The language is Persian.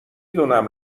دونم